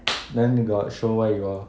then they got show where you are